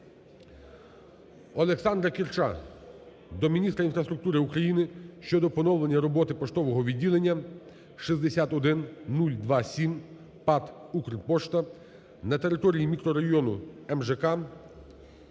Олександра Кірша до міністра інфраструктури України щодо поновлення роботи поштового відділення 61027 ПАТ "Укрпошта", на території мікрорайону МЖК